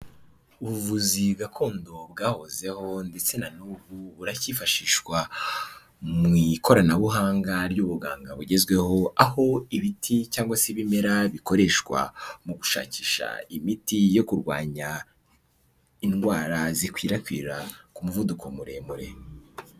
Ubuvuzi gakondo bwahozeho ndetse na n'ubu buracyifashishwa, mu ikoranabuhanga ry'ubuganga bugezweho, aho ibiti cyangwa se ibimera bikoreshwa, mu gushakisha imiti yo kurwanya indwara zikwirakwira ku muvuduko muremure.